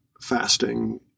fasting